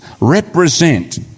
represent